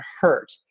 hurt